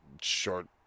Short